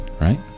right